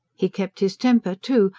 he kept his temper, too,